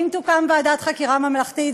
אם תוקם ועדת חקירה ממלכתית,